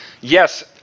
Yes